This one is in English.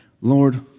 Lord